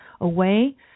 away